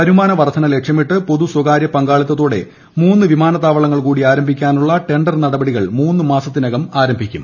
വരുമാന വർധന ലക്ഷ്യമിട്ട് പൊതു സ്വകാര്യ പങ്കാളിത്തോടെ മൂന്ന് എയർപോർട്ടുകൾ കൂടി ആരംഭിക്കാനുള്ള ടെണ്ടർ നടപടികൾ മൂന്നു മാസത്തിനകം ആരംഭിക്കും